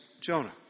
Jonah